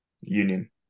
Union